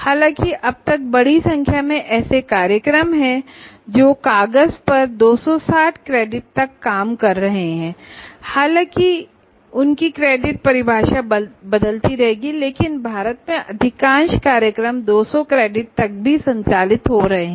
हालांकि अब तक बड़ी संख्या में ऐसे प्रोग्राम हैं जो कागज पर 260 क्रेडिट तक काम कर रहे हैं हालांकि उनकी क्रेडिट परिभाषा बदलती रहेगी लेकिन भारत में अधिकांश कार्यक्रम 200 क्रेडिट तक संचालित हो रहे हैं